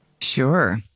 Sure